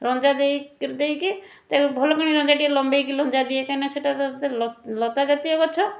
ରଞ୍ଜା ଦେଇକରି ଦେଇକି ତାକୁ ଭଲ କିଣି ଲଞ୍ଜା ଟିକିଏ ଲମ୍ବେଇକି ଲଞ୍ଜାଦିଏ କାଇଁକିନା ସେଇଟା ତ ଲତ ଲତା ଜାତୀୟ ଗଛ